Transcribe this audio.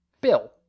Bill